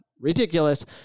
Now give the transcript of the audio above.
Ridiculous